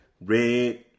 red